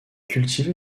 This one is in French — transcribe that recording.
cultivé